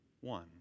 one